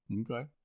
Okay